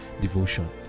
devotion